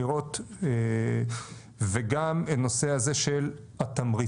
לראות, וגם את הנושא הזה של התמריצים